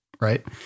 right